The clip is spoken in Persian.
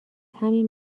همین